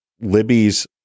Libby's